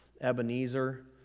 Ebenezer